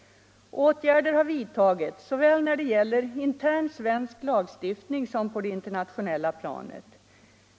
Åtgärder har vidtagits såväl när det gällt intern svensk lagstiftning som på det internationella planet.